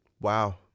Wow